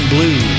Blue